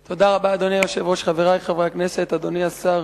אדוני היושב-ראש, חברי חברי הכנסת, אדוני השר,